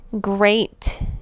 great